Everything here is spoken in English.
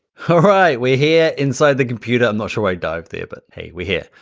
right, we're here inside the computer, i'm not sure i dived there but hey, we're here.